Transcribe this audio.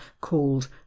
called